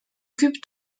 cube